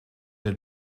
het